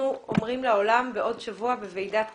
אומרים לעולם בעוד שבוע בוועידת קטוביץ.